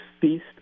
feast